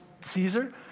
Caesar